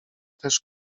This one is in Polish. też